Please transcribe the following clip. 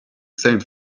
same